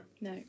No